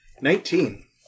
Nineteen